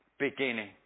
beginning